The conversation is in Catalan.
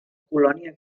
colònia